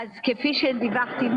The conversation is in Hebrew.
שדיווחתי,